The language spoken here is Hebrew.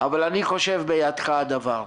אבל אני חושב שבידך הדבר.